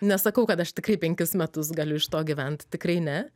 nesakau kad aš tikrai penkis metus galiu iš to gyvent tikrai ne